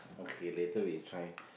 okay later we try